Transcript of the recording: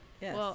Yes